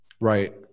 Right